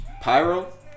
Pyro